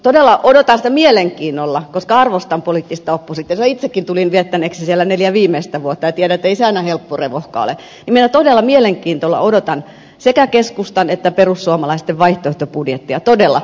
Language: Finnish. todella odotan mielenkiinnolla koska arvostan poliittista oppositiota itsekin tulin viettäneeksi siellä neljä viimeistä vuotta ja tiedän ettei se aina helppo revohka ole sekä keskustan että perussuomalaisten vaihtoehtobudjetteja todella